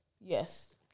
Yes